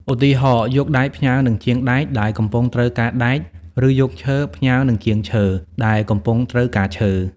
ឧទាហរណ៍ យកដែក ផ្ញើនឹងជាងដែក ដែលកំពុងត្រូវការដែក ឬយកឈើ ផ្ញើនឹងជាងឈើ ដែលកំពុងត្រូវការឈើ។